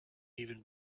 even